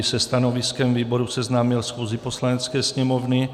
se stanoviskem výboru seznámil schůzi Poslanecké sněmovny;